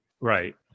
right